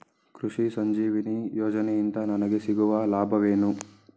ಕೃಷಿ ಸಂಜೀವಿನಿ ಯೋಜನೆಯಿಂದ ನನಗೆ ಸಿಗುವ ಲಾಭವೇನು?